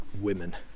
women